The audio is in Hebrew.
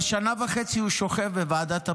אבל שנה וחצי הוא שוכב בוועדת הפנים.